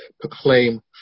proclaim